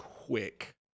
Quick